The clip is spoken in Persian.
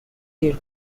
دیر